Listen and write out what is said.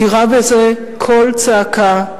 תראה בזה קול צעקה,